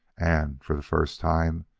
and, for the first time,